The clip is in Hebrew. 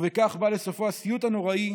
ובכך בא לסופו הסיוט הנוראי